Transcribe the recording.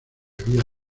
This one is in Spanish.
había